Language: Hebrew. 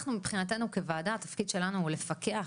אנחנו מבחינתנו כוועדה התפקיד שלנו הוא לפקח